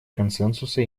консенсуса